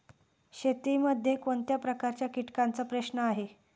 शेतीमध्ये कोणत्या प्रकारच्या कीटकांचा प्रश्न आहे?